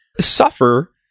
suffer